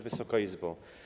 Wysoka Izbo!